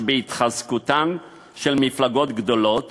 שבהתחזקותן של מפלגות גדולות